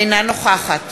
אינה נוכחת